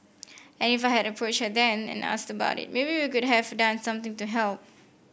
and if I had approached her then and asked about it maybe we could have done something to help